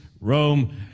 Rome